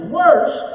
worse